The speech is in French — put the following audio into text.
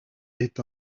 est